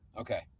Okay